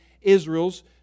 Israel's